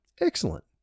Excellent